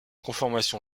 conformation